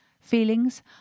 Feelings